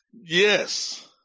Yes